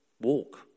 walk